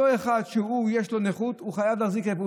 אותו אחד שיש לו נכות חייב להחזיק רכב,